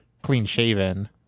Clean-shaven